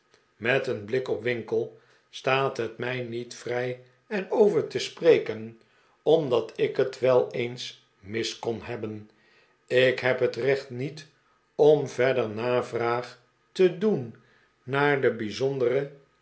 met een blik op winkle staat het mij niet vrij er over te spreken omdat ik het wel eens mis kon hebben ik heb het recht niet om verder navraag te doen naar de bijzondere